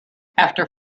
after